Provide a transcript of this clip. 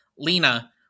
Lena